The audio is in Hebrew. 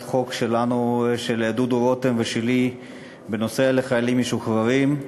חוק של דודו רותם ושלי בנושא חיילים משוחררים.